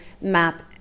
map